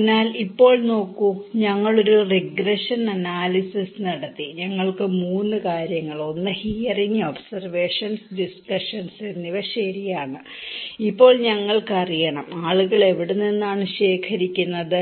അതിനാൽ ഇപ്പോൾ നോക്കൂ ഞങ്ങൾ ഒരു റിഗ്രഷൻ അനാലിസിസ് നടത്തി ഞങ്ങൾക്ക് മൂന്ന് കാര്യങ്ങൾ ഒന്ന് ഹിയറിങ് ഒബ്സെർവഷൻസ് ഡിസ്കഷന്സ് എന്നിവ ശരിയാണ് ഇപ്പോൾ ഞങ്ങൾക്ക് അറിയണം ആളുകൾ എവിടെ നിന്നാണ് ശേഖരിക്കുന്നത്